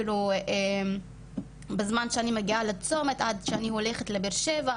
כאילו בזמן שאני מגיעה לצומת עד שאני הולכת לבאר שבע,